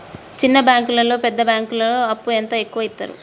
చిన్న బ్యాంకులలో పెద్ద బ్యాంకులో అప్పు ఎంత ఎక్కువ యిత్తరు?